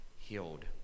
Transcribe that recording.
healed